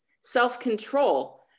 self-control